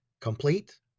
complete